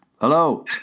Hello